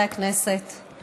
הינה